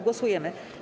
Głosujemy.